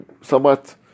somewhat